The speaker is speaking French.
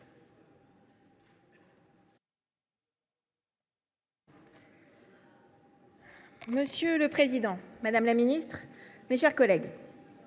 Monsieur le président, madame la ministre, mes chers collègues,